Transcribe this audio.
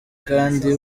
kandi